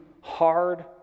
hard